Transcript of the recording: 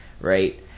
right